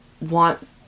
want